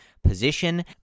position